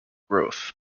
growth